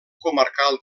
comarcal